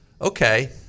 okay